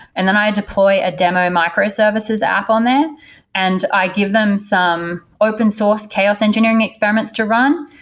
and then i deploy a demo microservices app on there and i give them some open source chaos engineering experiments to run,